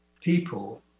people